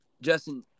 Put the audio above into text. Justin